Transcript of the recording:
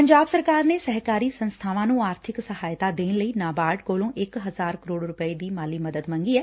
ਪੰਜਾਬ ਸਰਕਾਰ ਨੇ ਸਹਿਕਾਰੀ ਸੰਸਥਾਵਾਂ ਨੂੰ ਆਰਥਿਕ ਸਹਾਇਤਾ ਦੇਣ ਲਈ ਨਾਬਾਰਡ ਕੋਲੋ ਇਕ ਹਜ਼ਾਰ ਕਰੋਤ ਰੁਪਏ ਦੀ ਮਾਲੀ ਮਦਦ ਮੰਗੀ ਏ